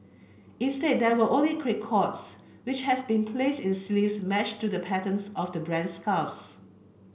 instead there were only records which has been placed in sleeves matched to the patterns of the brand's scarves